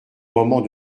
moment